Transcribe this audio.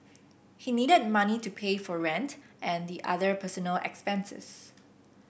he needed money to pay for rent and the other personal expenses